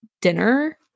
dinner